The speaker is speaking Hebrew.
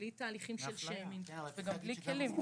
בלי תהליכים של שיימינג וגם בלי כלים.